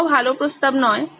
এটাও ভালো প্রস্তাব নয়